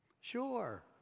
sure